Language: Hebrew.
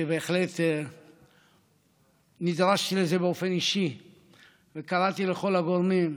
ובהחלט נדרשתי לזה באופן אישי וקראתי לכל הגורמים,